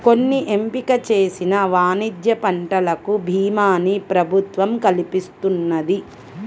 కొన్ని ఎంపిక చేసిన వాణిజ్య పంటలకు భీమాని ప్రభుత్వం కల్పిస్తున్నది